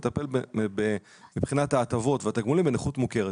מטפל מבחינת ההטבות והתגמולים בנכות מוכרת.